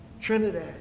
Trinidad